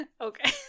okay